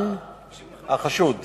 טען החשוד